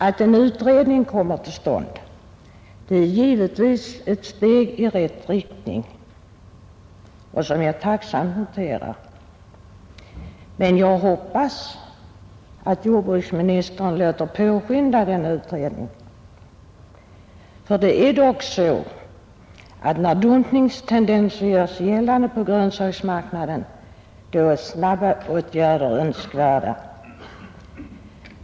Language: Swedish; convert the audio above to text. Att en utredning kommer till stånd är givetvis ett steg i rätt riktning, som jag tacksamt noterar, men jag hoppas att herr jordbruksministern låter påskynda denna utredning, ty när dumpingtendenser gör sig gällande på grönsaksmarknaden är snabba åtgärder önskvärda.